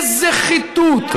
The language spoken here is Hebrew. איזה חיטוט,